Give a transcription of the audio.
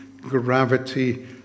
gravity